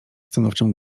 stanowczym